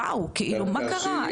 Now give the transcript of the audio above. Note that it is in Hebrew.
וואו מה קרה?